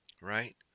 Right